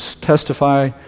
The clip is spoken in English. testify